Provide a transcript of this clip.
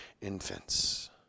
infants